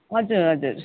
हजुर हजुर